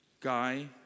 Guy